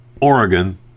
Oregon